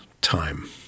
time